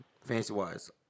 fancy-wise